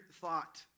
thought